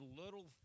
little